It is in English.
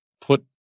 put